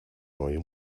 neue